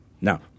Now